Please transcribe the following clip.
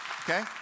Okay